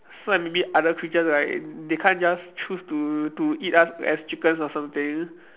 so like maybe other creatures right they can't just choose to to eat us as chickens or something